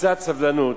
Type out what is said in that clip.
קצת סבלנות,